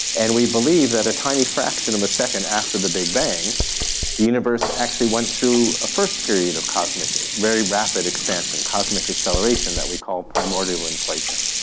and we believe that a tiny fraction of a second after the big bang the universe actually went through a first period of ah very rapid expansion, cosmic acceleration that we call primordial inflation.